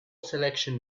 selection